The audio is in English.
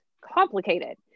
complicated